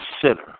consider